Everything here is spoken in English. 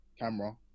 camera